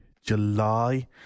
July